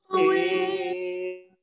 away